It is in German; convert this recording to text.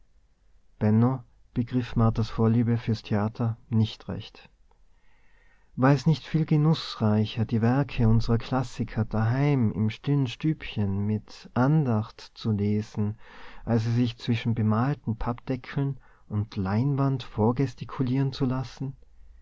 marthas vorliebe fürs theater nicht recht war es nicht viel genußreicher die werke unserer klassiker daheim im stillen stübchen mit andacht zu lesen als sie sich zwischen bemalten pappdeckeln und leinwand vorgestikulieren zu lassen